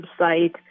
website